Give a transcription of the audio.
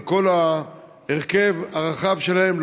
על כל ההרכב הרחב שלהם,